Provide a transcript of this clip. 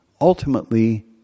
ultimately